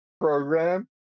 program